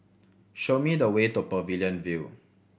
show me the way to Pavilion View